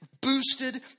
boosted